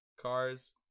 cars